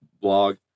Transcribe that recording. blog